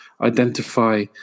identify